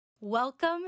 Welcome